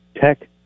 tech